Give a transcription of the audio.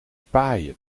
paaien